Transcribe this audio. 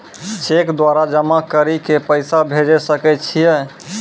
Cheque द्वारा जमा करि के पैसा भेजै सकय छियै?